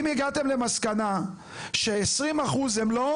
אם הגעתם למסקנה ש-20% הם לא,